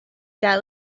that